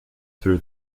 through